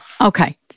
Okay